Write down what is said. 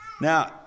Now